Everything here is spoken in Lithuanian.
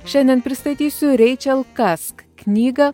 šiandien pristatysiu reičel kask knygą